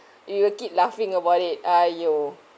you will keep laughing about it !aiyo!